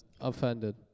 offended